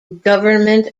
government